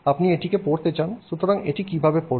আপনি এটি পড়তে চান সুতরাং আপনি এটি কিভাবে পড়বেন